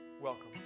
Welcome